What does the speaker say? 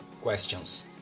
questions